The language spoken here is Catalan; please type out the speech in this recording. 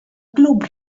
club